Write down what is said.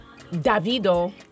Davido